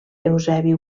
eusebi